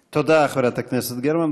תודה, חברת הכנסת גרמן.